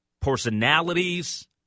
personalities